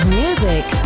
music